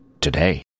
Today